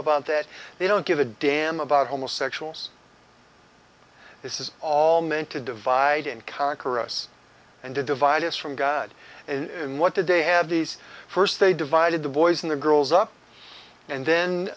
about that they don't give a damn about homosexuals this is all meant to divide and conquer us and to divide us from god in what today have these first they divided the boys and the girls up and then